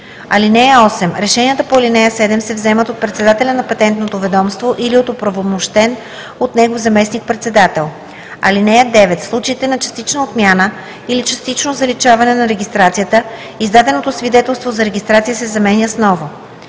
услуги. (8) Решенията по ал. 7 се вземат от председателя на Патентното ведомство или от оправомощен от него заместник-председател. (9) В случаите на частична отмяна или частично заличаване на регистрацията издаденото свидетелство за регистрация се заменя с ново.